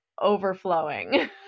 overflowing